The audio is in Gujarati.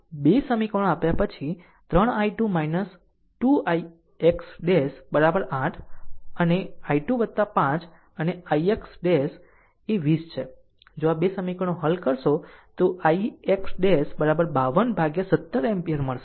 આમ એક સાથે 2 સમીકરણો આપ્યા પછી તે r 3 i2 2 ix ' 8 અને i2 5 અને ix' એ 20 છે જો આ 2 સમીકરણો હલ કરશે તો ix ' 52 by 17 એમ્પીયર મળશે